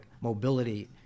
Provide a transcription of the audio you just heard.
mobility